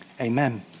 Amen